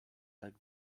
tak